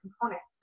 components